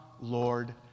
Lord